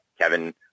Kevin